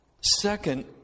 Second